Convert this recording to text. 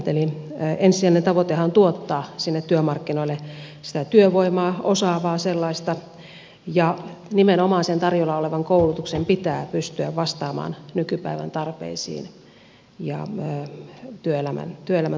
ensisijainen tavoitehan on tuottaa työmarkkinoille työvoimaa osaavaa sellaista ja nimenomaan sen tarjolla olevan koulutuksen pitää pystyä vastaamaan nykypäivän tarpeisiin ja työelämän toiveisiin ja tarpeisiin